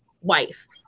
wife